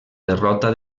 derrota